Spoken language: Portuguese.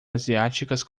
asiáticas